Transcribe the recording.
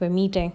when meeting